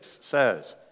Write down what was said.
says